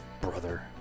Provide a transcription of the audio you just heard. brother